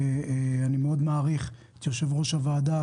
אני מאוד מעריך את יושב-ראש הוועדה